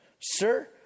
Sir